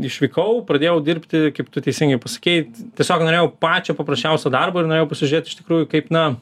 išvykau pradėjau dirbti kaip tu teisingai pasakei tiesiog norėjau pačio paprasčiausio darbo ir norėjau pasižiūrėt iš tikrųjų kaip na